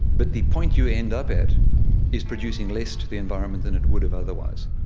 but the point you end up at is producing less to the environment than it would have otherwise.